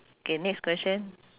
K next question